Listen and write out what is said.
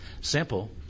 Simple